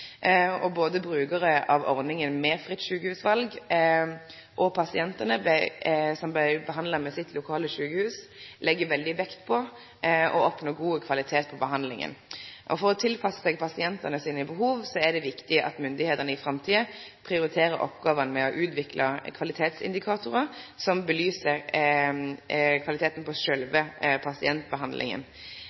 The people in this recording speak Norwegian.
Både brukarane av ordninga med fritt sjukehusval og pasientane som blei behandla ved sitt lokale sjukehus, legg veldig vekt på å oppnå god kvalitet på behandlinga. For å tilpasse seg behovet til pasientane er det viktig at myndigheitene i framtida prioriterer å utvikle kvalitetsindikatorar som klargjer kvaliteten på sjølve pasientbehandlinga.